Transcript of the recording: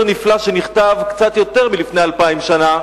נפלא שנכתב לפני קצת יותר מ-2,000 שנה,